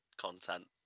content